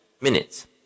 minutes